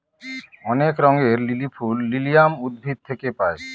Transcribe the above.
অনেক রঙের লিলি ফুল লিলিয়াম উদ্ভিদ থেকে পায়